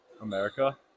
America